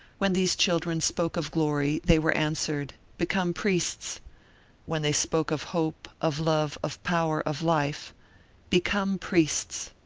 when these children spoke of glory, they were answered become priests when they spoke of hope, of love, of power, of life become priests.